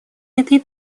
этой